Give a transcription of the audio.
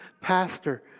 pastor